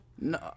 No